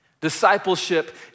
Discipleship